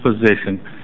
position